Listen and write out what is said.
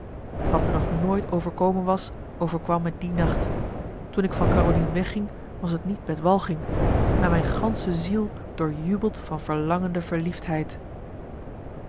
wat me nog nooit overkomen was overkwam me die nacht toen ik van carolien wegging was t niet met walging maar mijn gansche ziel doorjubeld van verlangende verliefdheid